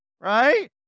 right